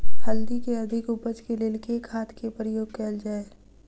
हल्दी केँ अधिक उपज केँ लेल केँ खाद केँ प्रयोग कैल जाय?